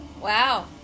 Wow